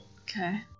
okay